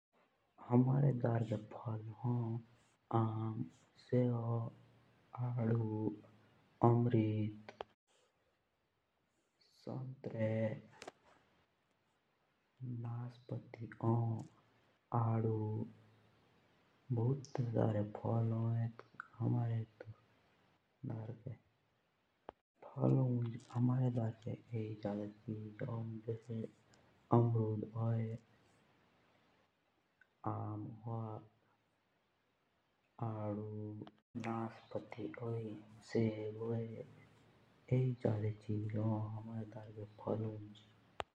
जुस हमारे डारखे फळ हों जुस आम, केला, संतरे, अमरुद, नाशपाती हों आब्हू हों तरबूझ हों लाइची हों तो इचे सरे फळू मुँज हमारे धारके तो ये हों। अमृत, सेब, आम हों लाइची हों।